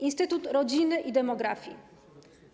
Instytut rodziny i demografii.